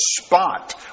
spot